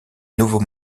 nouveau